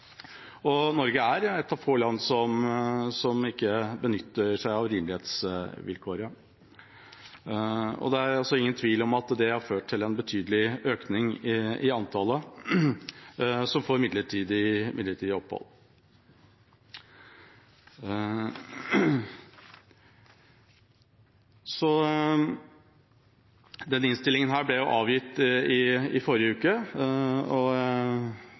og Norge er et av få land som ikke benytter seg av rimelighetsvilkåret. Det er ingen tvil om at det har ført til en betydelig økning i antallet som får midlertidig opphold. Denne innstillingen ble avgitt i forrige uke. Vi står ved vårt primærstandpunkt i saken. Sammen med SV og